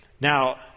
Now